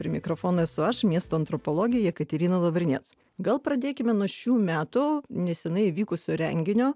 prie mikrofono esu aš miesto antropologė jekaterina lovriniec gal pradėkime nuo šių metų nesenai įvykusio renginio